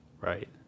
Right